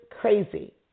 crazy